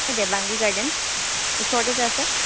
এ Dewangi garden ওচৰতে যে আছে